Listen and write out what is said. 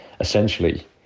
essentially